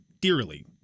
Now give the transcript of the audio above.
dearly